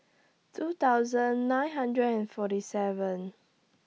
two thousand nine hundred and forty seven